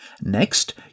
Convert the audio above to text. Next